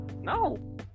no